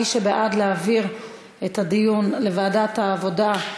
מי שבעד, להעביר את הנושא לוועדת העבודה,